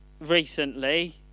recently